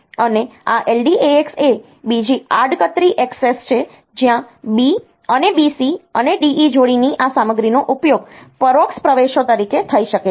અને આ LDAX એ બીજી આડકતરી ઍક્સેસ છે જ્યાં B અને B C અને D E જોડીની આ સામગ્રીનો ઉપયોગ પરોક્ષ પ્રવેશો તરીકે થઈ શકે છે